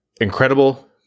incredible